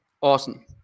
Awesome